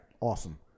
Awesome